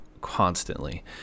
constantly